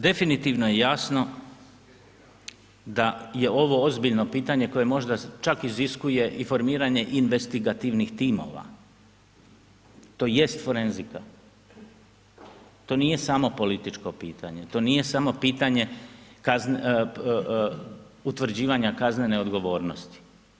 Definitivno je jasno da je ovo ozbiljno pitanje koje možda čak iziskuje i formiranje investigativnih timova tj. forenzika, to nije samo političko pitanje, to nije samo pitanje utvrđivanja kaznene odgovornosti.